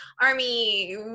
Army